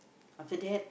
after that